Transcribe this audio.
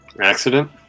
accident